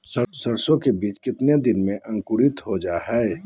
सरसो के बीज कितने दिन में अंकुरीत हो जा हाय?